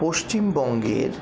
পশ্চিমবঙ্গের